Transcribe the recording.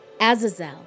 Azazel